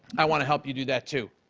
i want to help you do that, too.